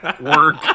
work